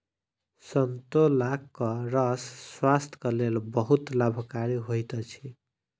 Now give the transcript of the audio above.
संतोलाक रस स्वास्थ्यक लेल बहुत लाभकारी होइत अछि